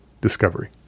discovery